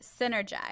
synergize